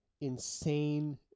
insane